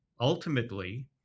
Ultimately